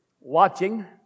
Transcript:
watching